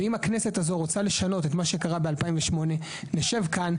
ואם הכנסת הזאת רוצה לשנות את מה שהיה ב-2008 נשב כאן,